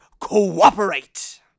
cooperate